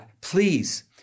please